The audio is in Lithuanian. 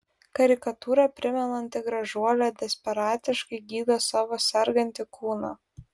karikatūrą primenanti gražuolė desperatiškai gydo savo sergantį kūną